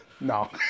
No